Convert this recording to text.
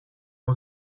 اون